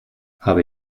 habe